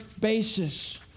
basis